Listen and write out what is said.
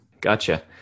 Gotcha